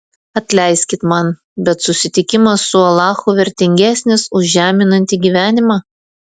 atleiskit man bet susitikimas su alachu vertingesnis už žeminantį gyvenimą